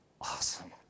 awesome